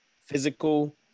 physical